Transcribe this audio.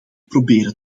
proberen